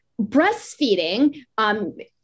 breastfeeding